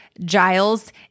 Giles